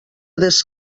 des